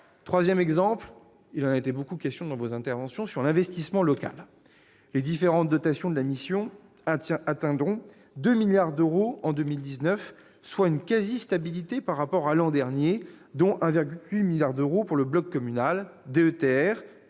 troisième exemple- il en a été beaucoup question dans vos interventions, mesdames, messieurs les sénateurs -porte sur l'investissement local. Les différentes dotations de la mission atteindront 2 milliards d'euros en 2019, soit une quasi-stabilité par rapport à l'an dernier, dont 1,8 milliard d'euros pour le bloc communal- DETR,